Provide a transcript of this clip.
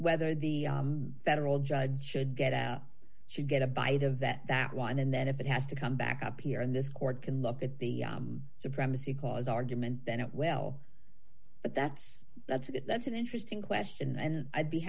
whether the federal judge should get out should get a bite of that wine and then if it has to come back up here in this court can look at the supremacy clause argument then it well but that's that's it that's an interesting question and i'd be